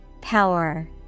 Power